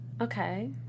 Okay